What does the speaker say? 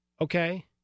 Okay